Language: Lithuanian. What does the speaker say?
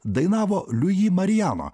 dainavo liuji marijano